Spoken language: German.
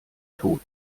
tod